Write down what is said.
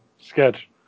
sketch